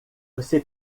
você